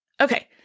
Okay